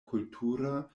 kultura